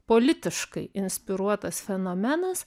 politiškai inspiruotas fenomenas